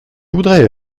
voudrais